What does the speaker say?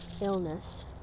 illness